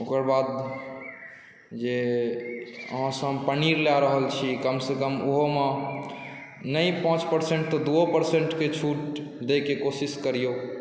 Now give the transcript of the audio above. ओकर बाद जे अहांँसँ हम पनीर लए रहल छी कमसँ कम ओहोमे नहि पाँच परसेन्ट तऽ दूओ परसेन्टकेँ छुट दैके कोशिश करियौ